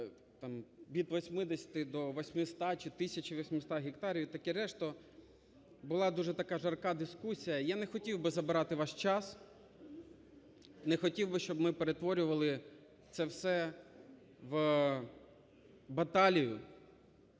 від 80-ти до 800-а, чи 1 тисячі 800, гектарів і таке решта, була дуже така жарка дискусія. Я не хотів би забирати ваш час, не хотів би, щоб ми перетворювали це все в баталію,